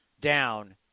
down